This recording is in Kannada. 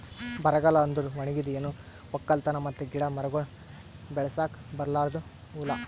ಬರಗಾಲ ಅಂದುರ್ ಒಣಗಿದ್, ಏನು ಒಕ್ಕಲತನ ಮತ್ತ ಗಿಡ ಮರಗೊಳ್ ಬೆಳಸುಕ್ ಬರಲಾರ್ದು ಹೂಲಾ